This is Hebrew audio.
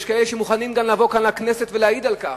יש כאלה שמוכנים גם לבוא לכנסת ולהעיד על כך,